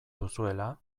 duzuela